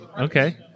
Okay